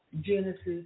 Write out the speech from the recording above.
Genesis